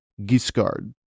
Giscard